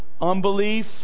Unbelief